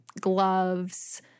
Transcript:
gloves